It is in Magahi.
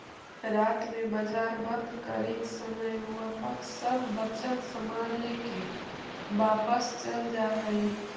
रात में बाजार बंद करित समय उ अपन सब बचल सामान लेके वापस चल जा हइ